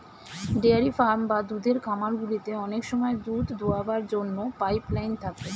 dairy farm বা দুধের খামারগুলিতে অনেক সময় দুধ দোয়াবার জন্য পাইপ লাইন থাকে